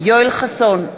יואל חסון,